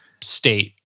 state